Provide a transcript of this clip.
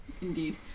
Indeed